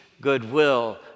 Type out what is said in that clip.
goodwill